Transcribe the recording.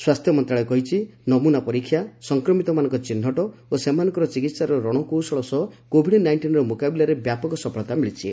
ସ୍ପାସ୍ଥ୍ୟ ମନ୍ତ୍ରଣାଳୟ କହିଛି ନମୁନା ପରୀକ୍ଷା ସଂକ୍ରମିତମାନଙ୍କ ଚିହ୍ନଟ ଓ ସେମାନଙ୍କର ଚିକିତ୍ସାର ରଣକୌଶଳ ସହ କୋବିଡ୍ ନାଇଷ୍ଟିନ୍ର ମ୍ରକାବିଲାରେ ବ୍ୟାପକ ସଫଳତା ମିଳିଛି